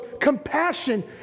compassion